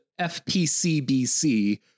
FPCBC